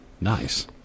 Nice